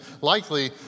likely